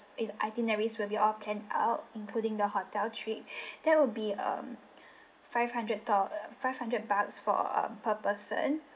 in~ itineraries will be all planned out including the hotel trip that will be um five hundred doll uh five hundred bucks for err per person